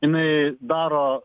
jinai daro